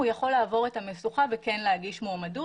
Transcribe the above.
הוא יכול לעבור את המשוכה וכן להגיש מועמדות.